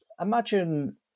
imagine